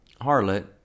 harlot